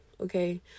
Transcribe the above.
okay